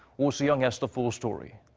oh soo-young has the full story.